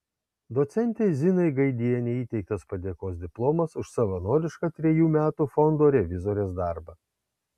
docentei zinai gaidienei įteiktas padėkos diplomas už savanorišką trejų metų fondo revizorės darbą